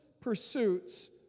pursuits